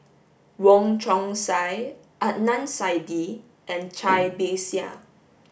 Wong Chong Sai Adnan Saidi and Cai Bixia